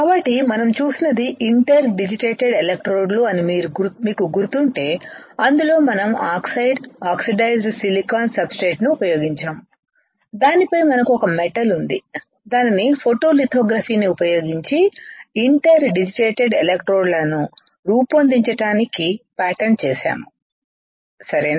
కాబట్టి మనం చూసినది ఇంటర్ డిజిటేటెడ్ ఎలక్ట్రోడ్లు అని మీకు గుర్తుంటే అందులో మనం ఆక్సైడ్ ఆక్సిడైజ్డ్ సిలికాన్ సబ్స్ట్రేట్ను ఉపయోగించాము దానిపై మనకు ఒక మెటల్ ఉంది దానిని ఫోటోలిథోగ్రఫీని ఉపయోగించి ఇంటర్ డిజిటేటెడ్ ఎలక్ట్రోడ్లను రూపొందించడానికి ప్యాటర్న్ చేసాము సరేనా